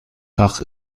fach